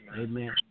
Amen